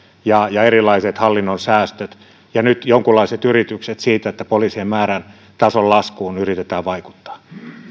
ja ja erilaiset hallinnon säästöt ja nyt jonkunlaiset yritykset siihen että poliisien määrän tason laskuun yritetään vaikuttaa